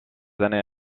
années